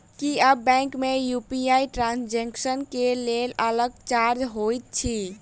की सब बैंक मे UPI transaction केँ लेल अलग चार्ज होइत अछि?